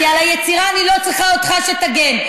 כי על היצירה אני לא צריכה אותך שתגן.